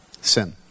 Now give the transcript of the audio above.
Sin